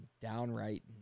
downright